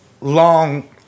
long